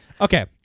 Okay